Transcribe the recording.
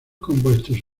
compuestos